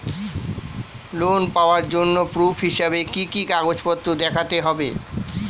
Loan পাওয়ার জন্য proof হিসেবে কি কি কাগজপত্র দেখাতে হবে?